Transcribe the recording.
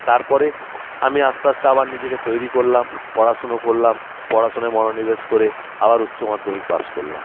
তারপরে আমি আস্তে আস্তে আবার নিজেকে তৈরি করলাম পড়াশুনো করলাম পড়াশোনায় মনোনিবেশ করে আবার উচ্চ মাধ্যমিক পাস করলাম